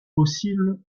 possibles